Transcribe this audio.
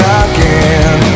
again